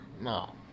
No